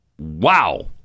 wow